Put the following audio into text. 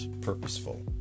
purposeful